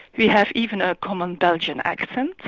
we have even a common belgian accent.